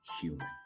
human